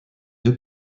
deux